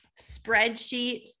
spreadsheet